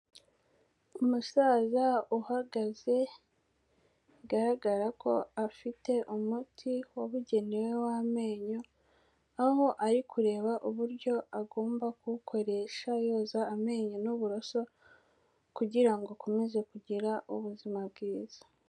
Umusaza uhagaze, bigaragara ko afite umuti wabugenewe w'amenyo, aho ari kureba uburyo agomba kuwukoresha yoza amenyo n'uburoso, kugira ngo akomeze kugira ubuzima bwiza.